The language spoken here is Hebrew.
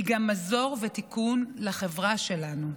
היא גם מזור ותיקון לחברה שלנו.